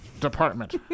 department